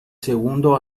segundo